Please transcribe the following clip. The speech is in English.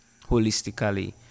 holistically